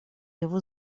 его